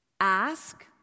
Ask